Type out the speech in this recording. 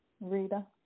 Rita